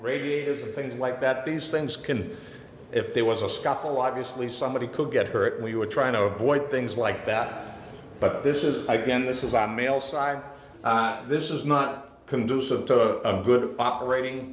radiators are things like that these things can if there was a scuffle obviously somebody could get hurt and we were trying to avoid things like that but this is again this is on the male side that this is not conducive to a good operating